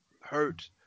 hurt